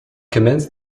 commenced